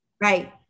Right